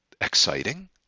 exciting